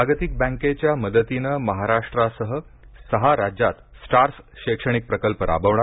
जागतिक बँकेच्या मदतीनं महाराष्ट्रासह सहा राज्यांत स्टार्स शैक्षणिक प्रकल्प राबवणार